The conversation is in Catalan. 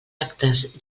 actes